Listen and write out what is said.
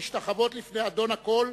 להשתחוות לפני אדון הכול,